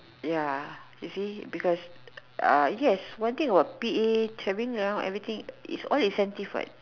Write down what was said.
ya you see because uh yes one thing about P_A traveling ya everything it's all incentive what